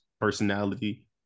personality